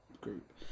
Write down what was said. group